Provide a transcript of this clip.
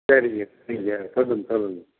சரிங்க சரிங்க சொல்லுங்கள் சொல்லுங்கள்